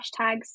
hashtags